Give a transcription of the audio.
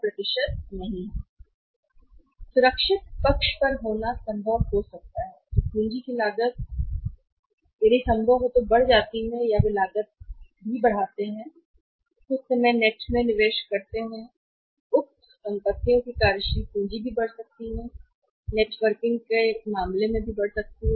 सुरक्षित पक्ष पर होना सुरक्षित पक्ष पर होना यह संभव हो सकता है कि पूंजी की लागत मुझे भी यदि संभव हो तो बढ़ जाती है कि वे लागत भी बढ़ाते हैं या कुछ समय नेट में निवेश करते हैं उक्त संपत्तियों की कार्यशील पूंजी भी बढ़ सकती है नेटवर्किंग के मामले में भी बढ़ना